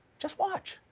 just watch.